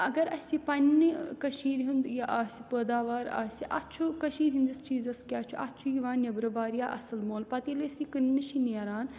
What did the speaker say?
اگر اَسہِ یہِ پنٛنہِ کٔشیٖرِ ہُنٛد یہِ آسہِ پٲداوار آسہِ اَتھ چھُ کٔشیٖرِ ہِنٛدِس چیٖزَس کیٛاہ چھُ اَتھ چھُ یِوان نیٚبرٕ واریاہ اَصٕل مۄل پَتہٕ ییٚلہِ أسۍ یہِ کٕنٛنہٕ چھِ نیران